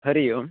हरिः ओं